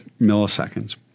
milliseconds